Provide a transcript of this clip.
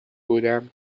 بودم